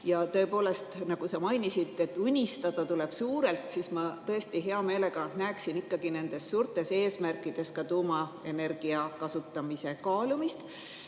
Tõepoolest, nagu sa mainisid, unistada tuleb suurelt. Ma hea meelega näeksin ikkagi nendes suurtes eesmärkides ka tuumaenergia kasutamise kaalumist,